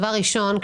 דבר ראשון,